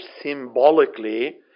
symbolically